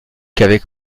qu’avec